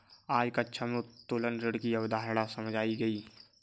आज कक्षा में उत्तोलन ऋण की अवधारणा समझाई गई